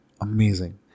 amazing